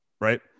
right